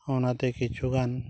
ᱚᱱᱟᱛᱮ ᱠᱤᱪᱷᱩᱜᱟᱱ